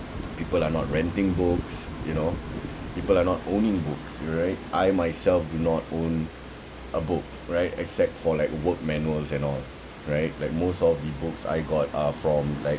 people are not renting books you know people are not owning books right I myself do not own a book right except for like work manuals and all right like most of the books I got are from like